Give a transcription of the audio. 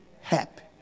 happy